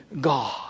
God